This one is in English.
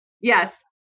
Yes